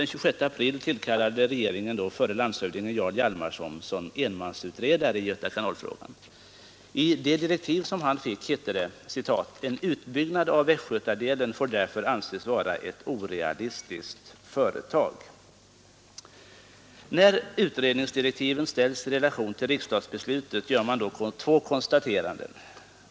Den 26 april tillkallade regeringen förre landshövdingen Jarl Hjalmarson som enmansutredare i Göta kanal-frågan. I de direktiv som han fick hette det att ”en utbyggnad av västgötadelen får därför anses vara ett orealistiskt företag”. När utredningsdirektiven ställs i relation till riksdagsbeslutet gör man två konstateranden.